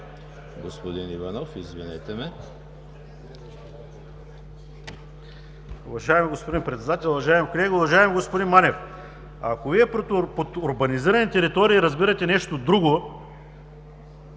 господин Иванов. Извинете ме,